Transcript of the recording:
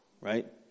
right